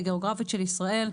הגיאוגרפית של ישראל.